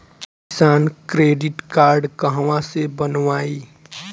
किसान credit card कहवा से बनवाई?